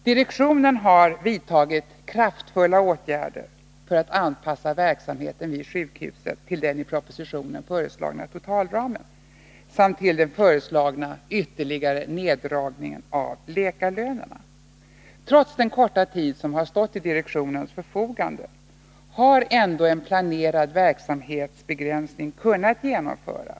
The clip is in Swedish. Direktionen har vidtagit kraftfulla åtgärder för att anpassa verksamheten vid sjukhuset till den i propositionen föreslagna totalramen samt till den föreslagna ytterligare neddragningen av läkarlönerna. Trots den korta tid som har stått till direktionens förfogande har ändå en planerad verksamhetsbegränsning kunnat genomföras.